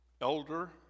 elder